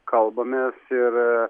kalbamės ir